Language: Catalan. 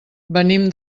venim